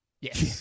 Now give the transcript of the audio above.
Yes